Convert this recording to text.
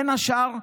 בין השאר,